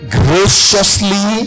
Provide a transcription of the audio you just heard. graciously